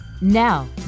Now